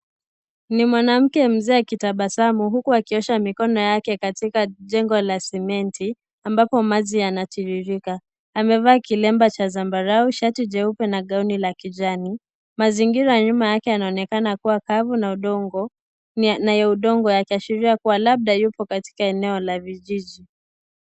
Ni mwanamke mzee akitabasamu huku akiosha mikono yake katika jengo la simiti ambapo maji yana tiririrka, amevaa kilemba cha zambarau shati jeupe na gauni la kijani, mazingira nyuma yake yanaonekana kuwa kavu na ya udongo yakiashiria kuwa labda yuko katika eneo la vijiji.